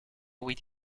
with